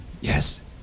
yes